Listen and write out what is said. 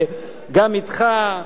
גם אתך,